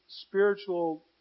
spiritual